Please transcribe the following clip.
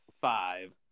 five